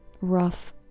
rough